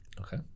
Okay